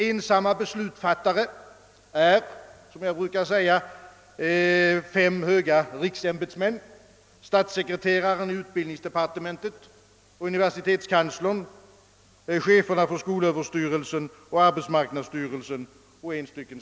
Ensamma beslutsfattare är — som jag brukar kalla dem — fyra höga riksämbetsmän, nämligen statssekreteraren i utbildningsdepartementet, <:universitetskanslern, cheferna för skolöverstyrelsen och arbetsmarknadsstyrelsen.